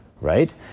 right